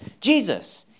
Jesus